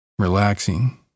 Relaxing